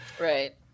Right